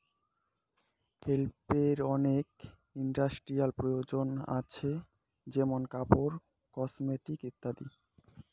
হেম্পের অনেক ইন্ডাস্ট্রিয়াল প্রয়োজন হাছে যেমন কাপড়, কসমেটিকস ইত্যাদি